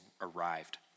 arrived